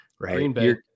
right